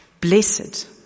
blessed